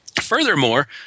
Furthermore